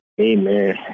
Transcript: Amen